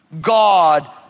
God